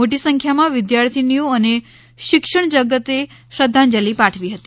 મોટી સંખ્યામાં વિદ્યાર્થીનીઓ અને શિક્ષણ જગતે શ્રદ્ધાંજલિ પાઠવી હતી